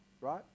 right